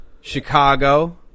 Chicago